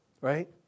right